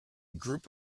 group